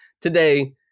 today